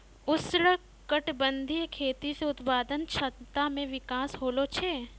उष्णकटिबंधीय खेती से उत्पादन क्षमता मे विकास होलो छै